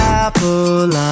apple